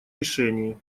решении